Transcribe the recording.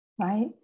right